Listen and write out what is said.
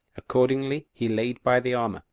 accordingly he laid by the armor,